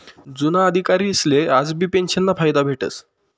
जुना अधिकारीसले आजबी पेंशनना फायदा भेटस